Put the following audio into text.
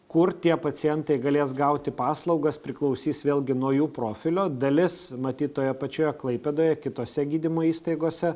kur tie pacientai galės gauti paslaugas priklausys vėlgi nuo jų profilio dalis matyt toje pačioje klaipėdoje kitose gydymo įstaigose